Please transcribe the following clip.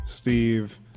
Steve